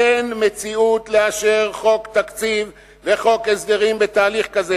"אין מציאות לאשר חוק תקציב וחוק הסדרים בתהליך כזה.